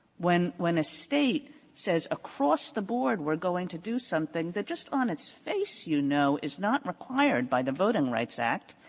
when when a state says across the board we're going to do something that just on its face you know is not required by the voting rights act,